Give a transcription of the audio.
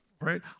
right